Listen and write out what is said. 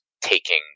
taking